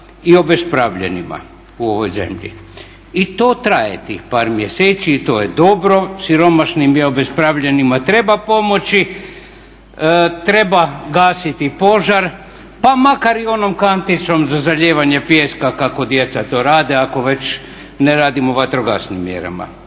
i obespravljenima u ovoj zemlji. I to traje tih par mjeseci, i to je dobro. Siromašnima i obespravljenima treba pomoći, treba gasiti požar pa makar i onom kanticom za zalijevanje pljeska kako djeca to rade ako već ne radimo vatrogasnim mjerama.